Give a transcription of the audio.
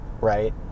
right